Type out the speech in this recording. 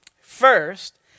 first